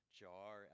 jar